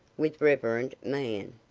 with reverent mien.